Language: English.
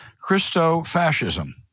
Christo-fascism